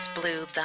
Blue